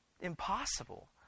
impossible